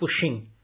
pushing